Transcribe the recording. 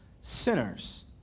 sinners